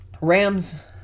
Rams